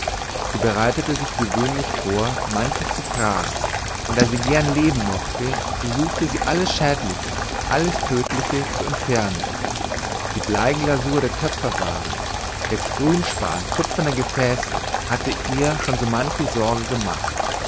sie bereitete sich gewöhnlich vor manches zu fragen und da sie gern leben mochte so suchte sie alles schädliche alles tödliche zu entfernen die bleiglasur der töpferwaren der grünspan kupferner gefäße hatte ihr schon manche sorge gemacht